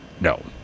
No